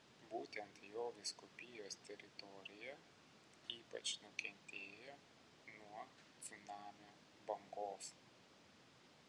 būtent jo vyskupijos teritorija ypač nukentėjo nuo cunamio bangos